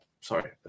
sorry